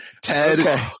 Ted